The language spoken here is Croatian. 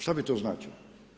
Što bi to značilo?